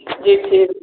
ठीक ठीक